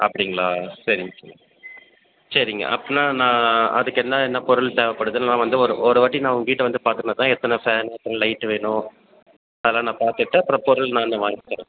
அப்படிங்களா சரிங்க சரிங்க அப்படின்னா நான் அதுக்கு என்ன என்ன பொருள் தேவைப்படுதுன்னு நான் வந்து ஒரு ஒரு வாட்டி நான் உங்கள் வீட்டை வந்து பார்த்துன்னா தான் எத்தனை ஃபேனு எத்தனை லைட்டு வேணும் அதெல்லாம் நான் பார்த்துட்டு அப்புறம் பொருள் நான் வாங்கி தரேன்